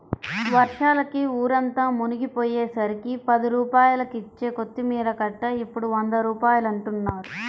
వర్షాలకి ఊరంతా మునిగిపొయ్యేసరికి పది రూపాయలకిచ్చే కొత్తిమీర కట్ట ఇప్పుడు వంద రూపాయలంటన్నారు